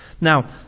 Now